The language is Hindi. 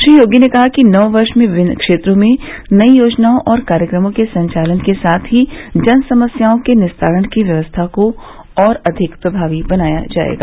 श्री योगी ने कहा कि नववर्ष में विमिन्न क्षेत्रों में नई योजनाओं और कार्यक्रमों के संचालन के साथ ही जनसमस्याओं के निस्तारण की व्यवस्था को और अधिक प्रभावी बनाया जाएगा